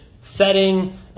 setting